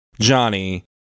Johnny